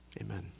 Amen